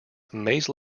maze